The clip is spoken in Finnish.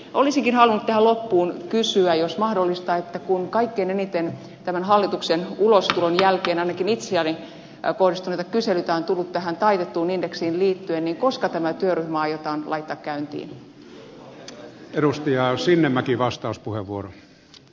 olisinkin halunnut tähän loppuun kysyä jos mahdollista että kun kaikkein eniten tämän hallituksen ulostulon jälkeen ainakin itselleni kohdistuneita kyselyitä on tullut tähän taitettuun indeksiin liittyen niin koska tämä työryhmä aiotaan laittaa käyntiin